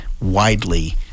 widely